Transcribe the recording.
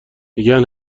میگن